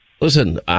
Listen